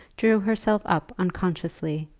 drew herself up unconsciously,